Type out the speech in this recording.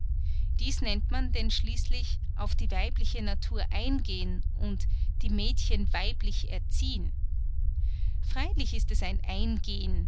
dies nennt man denn schließlich auf die weibliche natur eingehen und die mädchen weiblich erziehen freilich ist es ein eingehen